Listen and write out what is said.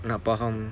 nak faham